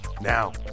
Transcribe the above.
now